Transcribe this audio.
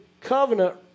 covenant